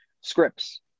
scripts